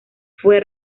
fue